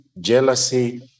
jealousy